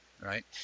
Right